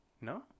No